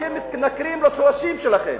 אתם מתנכרים לשורשים שלכם,